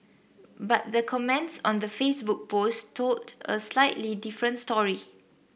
but the comments on the Facebook post told a slightly different story